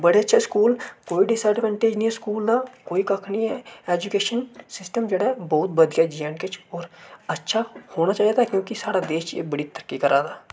बड़े अच्छे स्कूल न कोई डिसऐडवेंटेज नेईं ऐ स्कूल दा कोई कक्ख नेईं ऐ एजूकेशन सिस्टम जेह्ड़ा ऐ बहुत बधिया ऐ जे एंड के च होर अच्छा होना चाहिदा कीजे साढ़े देश च एह् बड़ा तरक्की करा दा